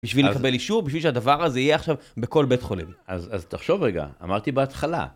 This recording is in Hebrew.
בשביל לקבל אישור, בשביל שהדבר הזה יהיה עכשיו בכל בית חולים. אז תחשוב רגע, אמרתי בהתחלה...